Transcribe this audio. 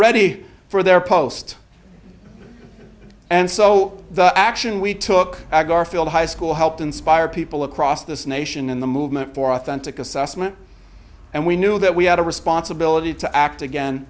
ready for their post and so the action we took our garfield high school helped inspire people across this nation in the movement for authentic assessment and we knew that we had a responsibility to act again